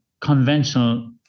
conventional